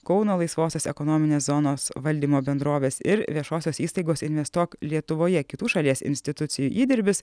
kauno laisvosios ekonominės zonos valdymo bendrovės ir viešosios įstaigos investuok lietuvoje kitų šalies institucijų įdirbis